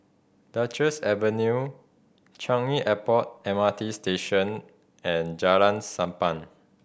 Duchess Avenue Changi Airport M R T Station and Jalan Sappan